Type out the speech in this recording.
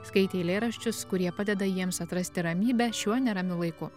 skaitė eilėraščius kurie padeda jiems atrasti ramybę šiuo neramiu laiku